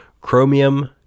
Chromium